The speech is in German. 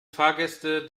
fahrgäste